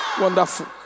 Wonderful